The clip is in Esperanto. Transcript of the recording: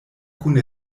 kun